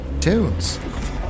Tunes